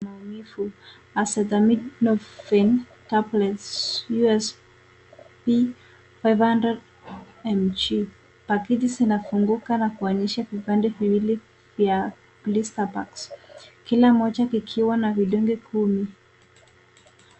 ...maumivu Acetaminophen Tablets USP 500 mg. Pakiti zinafunguka na kuonyesha vipande viwili vya blister packs kila moja kikiwa na vidonge kumi.